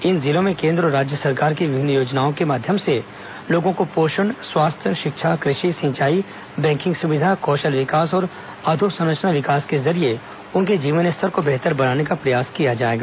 इन जिलों में केन्द्र और राज्य सरकार की विभिन्न योजनाओं के माध्यम से लोगों को पोषण स्वास्थ्य शिक्षा कृषि सिंचाई बैकिंग सुविधा कौशल विकास और अधोसंरचना विकास के जरिए उनके जीवन स्तर को बेहतर बनाने का प्रयास किया जाएगा